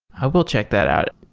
i will check that out.